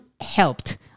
helped